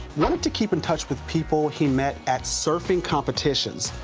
learned to keep in touch with people he met at surfing competition.